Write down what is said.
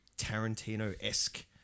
Tarantino-esque